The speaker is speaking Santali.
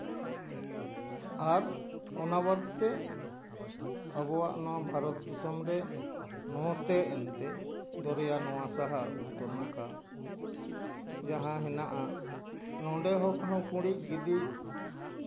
ᱟᱨ ᱚᱱᱟ ᱵᱟᱫᱽ ᱛᱮ ᱟᱵᱚᱣᱟᱜ ᱱᱚᱣᱟ ᱵᱷᱟᱨᱚᱛ ᱫᱤᱥᱳᱢ ᱨᱮ ᱱᱚᱛᱮ ᱮᱱᱛᱮᱜ ᱫᱚᱨᱭᱟ ᱱᱚᱣᱟ ᱥᱟᱦᱟ ᱩᱛᱛᱚᱨ ᱱᱟᱠᱷᱟ ᱡᱟᱦᱟᱸ ᱦᱮᱱᱟᱜᱼᱟ ᱱᱚᱸᱰᱮ ᱦᱚᱸ ᱠᱟᱹᱦᱩ ᱠᱩᱲᱤᱫ ᱜᱤᱫᱤ